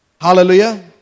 hallelujah